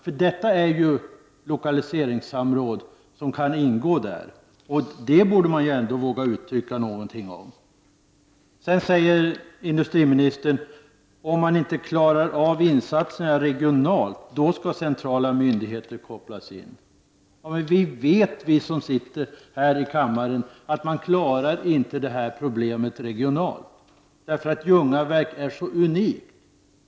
Frågan om lokaliseringssamråd kan ingå i de diskussionerna, och det är något som industriministern ändå borde våga uttrycka en åsikt om. Industriministern sade att om man på den regionala nivån inte har tillräckliga insatser, då skulle centrala myndigheter kopplas in. Men vi som sitter i den här kammaren vet att man inte kan lösa detta problem på det regionala planet, därför att Ljungaverk är unikt!